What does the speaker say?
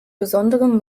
besonderem